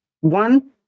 one